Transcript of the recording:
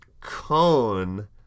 cone